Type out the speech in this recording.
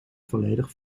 volledig